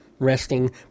Resting